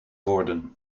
worden